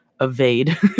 evade